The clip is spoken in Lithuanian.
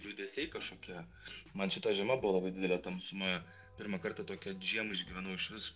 liūdesiai kažkokie man šita žiema buvo labai didelė tamsuma pirmą kartą tokią žiemą išgyvenau išvis